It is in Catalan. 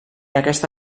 aquesta